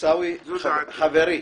חברי,